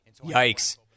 Yikes